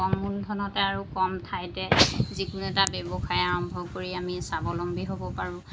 কম মূলধনতে আৰু কম ঠাইতে যিকোনো এটা ব্যৱসায় আৰম্ভ কৰি আমি স্বাৱলম্বী হ'ব পাৰোঁ